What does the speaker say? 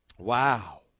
Wow